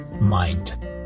mind